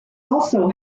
also